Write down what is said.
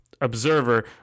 observer